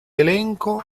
elenco